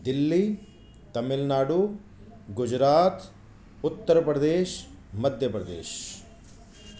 Delhi Tamil Nadu Gujarat Uttar Pradesh Madhya Pradesh